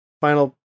Final